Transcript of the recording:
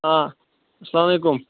اسلامُ علیکُم